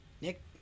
Nick